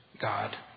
God